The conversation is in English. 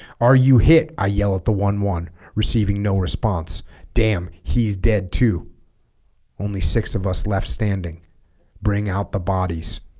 are you hit i yell at the one one receiving no response damn he's dead too only six of us left standing bring out the bodies